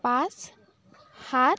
পাঁচ সাত